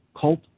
cult